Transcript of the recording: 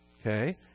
Okay